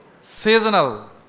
Seasonal